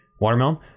Watermelon